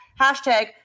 hashtag